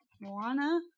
Moana